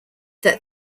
that